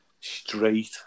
straight